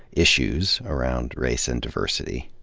issues around race and diversity,